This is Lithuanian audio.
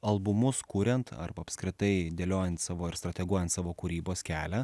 albumus kuriant arba apskritai dėliojant savo ir strateguojant savo kūrybos kelią